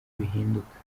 bihinduka